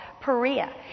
Perea